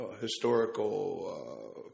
historical